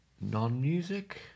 Non-music